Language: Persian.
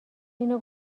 اینو